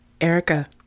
Erica